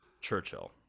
Churchill